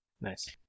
Nice